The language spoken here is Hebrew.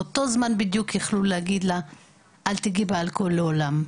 באותו זמן בדיוק יכלו להגיד לה "אל תגעי באלכוהול לעולם".